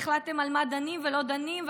והחלטתם על מה דנים ולא דנים,